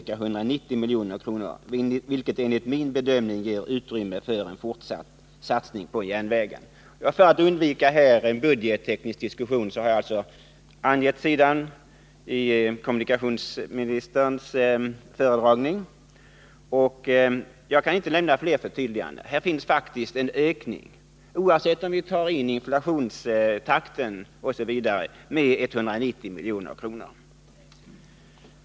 190 milj.kr., vilket enligt min bedömning ger utrymme för en fortsatt satsning på järnvägen.” För att här undvika en budgetteknisk diskussion har jag alltså angett sidan i kommunikationsministerns föredragning. Jag kan inte lämna fler fötydliganden. Här finns faktiskt en ökning, oavsett om vi tar in inflationstakten osv., med 190 milj.kr.